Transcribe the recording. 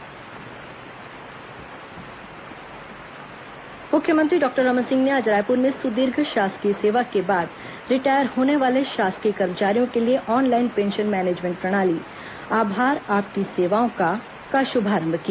pension प्रणाली शुभारंभ मुख्यमंत्री डॉक्टर रमन सिंह ने आज रायपुर में सुदीर्घ शासकीय सेवा के बाद रिटायर होने वाले शासकीय कर्मचारियों के लिए ऑन लाइन पेंशन मेनेजमेंट प्रणाली आभार आपकी सेवाओं का का शुभारंभ किया